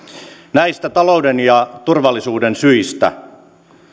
näistä talouden ja turvallisuuden syistä